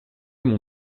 mon